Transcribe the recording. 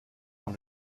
dans